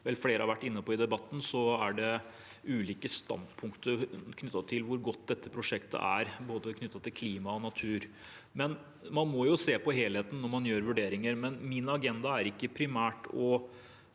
vel flere har vært inne på i debatten, er det ulike standpunkter om hvor godt dette prosjektet er, knyttet til både klima og natur. Men man må se på helheten når man foretar vurderinger. Min agenda er ikke primært å